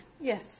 Yes